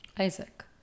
Isaac